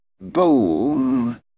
Boom